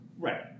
Right